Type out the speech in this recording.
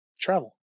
travel